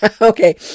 Okay